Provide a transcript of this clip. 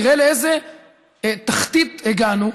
תראה לאיזו תחתית הגענו,